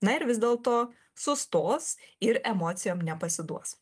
na ir vis dėlto sustos ir emocijom nepasiduos